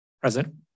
Present